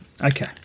Okay